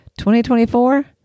2024